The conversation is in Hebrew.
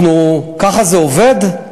ככה זה עובד?